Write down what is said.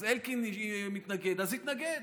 אז אלקין מתנגד, אז יתנגד.